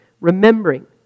remembering